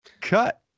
Cut